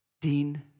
Dean